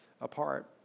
apart